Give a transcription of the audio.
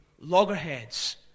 loggerheads